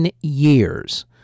years